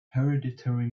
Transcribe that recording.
hereditary